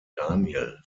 daniel